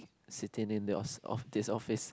sitting in yours of this office